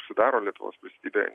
sudaro lietuvos valstybę